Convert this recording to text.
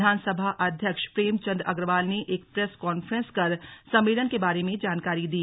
विधानसभा अध्यक्ष प्रेमचंद अग्रवाल ने एक प्रेस कॉन्फ्रेंस कर सम्मेलन के बारे में जानकारी दी